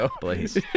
Please